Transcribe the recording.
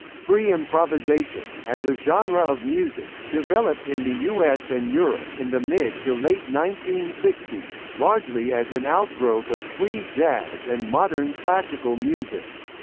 free improvisation, as a genre of music, developed in the u s. and europe in the mid to late nineteen sixty s, largely as an outgrowth of free jazz and modern classical musics.